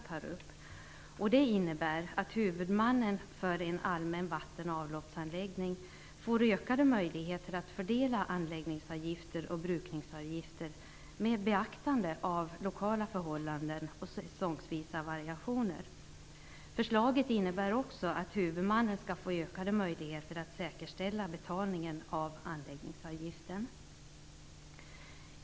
Ett förslag är att huvudmannen för en allmän vatten och avloppsanläggning skall få ökade möjligheter att fördela anläggningsavgifter och brukningsavgifter med beaktande av lokala förhållanden och säsongsvisa variationer. Vidare föreslås att huvudmannen skall få ökade möjligheter att säkerställa betalningen av anläggningsavgiften.